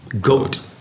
Goat